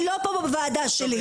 לא פה בוועדה שלי.